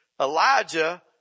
Elijah